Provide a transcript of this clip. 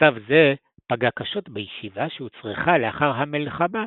מצב זה פגע קשות בישיבה שהוצרכה לאחר המלחמה להשתקם.